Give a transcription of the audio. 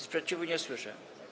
Sprzeciwu nie słyszę.